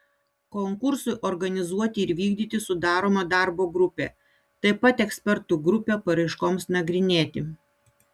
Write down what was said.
konkursui organizuoti ir vykdyti sudaroma darbo grupė taip pat ekspertų grupė paraiškoms nagrinėti